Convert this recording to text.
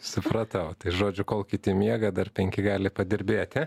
supratau tai žodžiu kol kiti miega dar penki gali padirbėti